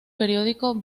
periódico